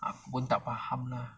aku pun tak faham ah